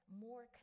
more